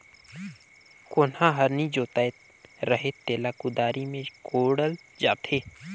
कोनहा हर नी जोताए रहें तेला कुदारी मे कोड़ल जाथे